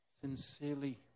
sincerely